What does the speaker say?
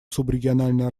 субрегиональные